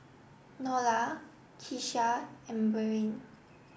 Nola Kesha and Beryl